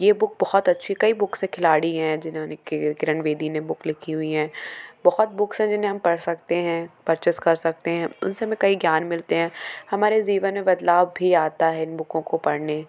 ये बुक बहुत अच्छी कई बुक्स है खिलाड़ी हैं जिन्होंने किरण बेदी ने बुक लिखी हुई हैं बहुत बुक्स हैं जिन्हें हम पढ़ सकते हैं परचेज़ कर सकते हैं उन से हमें कई ज्ञान मिलते हैं हमारे जीवन में बदलाव भी आता है इन बुकों को पढ़ने